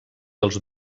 els